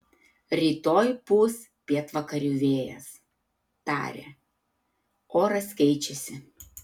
rytoj pūs pietvakarių vėjas tarė oras keičiasi